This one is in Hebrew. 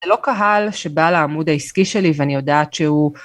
זה לא קהל שבא לעמוד העסקי שלי ואני יודעת שהוא...